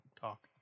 talk